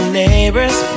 neighbor's